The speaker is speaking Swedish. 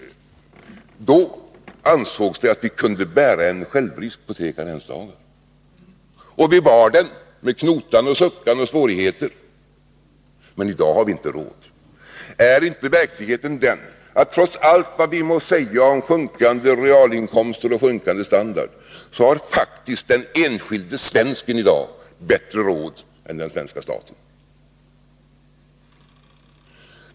Då ansågs det att vi kunde bära en självrisk på 3 karensdagar. Och vi bar den med knot, suckar och svårigheter. Men i dag har vi inte råd. Är inte verkligheten den, trots allt vad vi må säga om sjunkande realinkomster och sjunkande standard, att den enskilde svensken i dag faktiskt har bättre råd än den svenska staten?